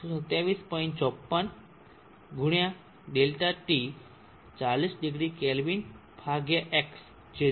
54 ×Δ ΔT 40 degree kelvin X જે 0